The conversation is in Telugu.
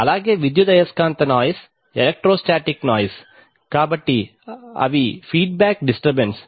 అలాగే విద్యుదయస్కాంత నాయిస్ ఎలెక్ట్రోస్టాటిక్ నాయిస్ కాబట్టి అవిఫీడ్ బాక్ డిస్టర్బెన్స్